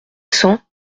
cent